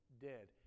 dead